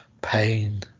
pain